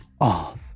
Off